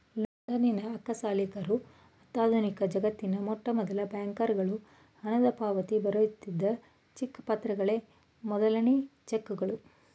ಲಂಡನ್ನಿನ ಅಕ್ಕಸಾಲಿಗರು ಆಧುನಿಕಜಗತ್ತಿನ ಮೊಟ್ಟಮೊದಲ ಬ್ಯಾಂಕರುಗಳು ಹಣದಪಾವತಿ ಬರೆಯುತ್ತಿದ್ದ ಚಿಕ್ಕ ಪತ್ರಗಳೇ ಮೊದಲನೇ ಚೆಕ್ಗಳು